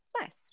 Nice